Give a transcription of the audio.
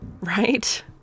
Right